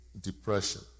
depression